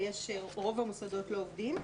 רוב המוסדות לא עובדים,